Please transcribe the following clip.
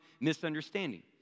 misunderstanding